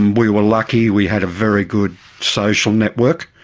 and we were lucky, we had a very good social network,